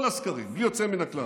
בלי יוצא מן הכלל,